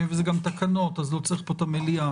ואלה גם תקנות אז לא צריך פה את המליאה.